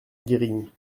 guerini